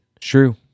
True